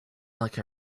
like